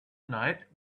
night